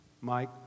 Mike